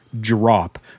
drop